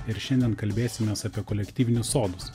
ir šiandien kalbėsimės apie kolektyvinius sodus